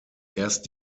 erst